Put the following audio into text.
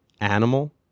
Animal